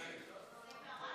תהיו חיוביים.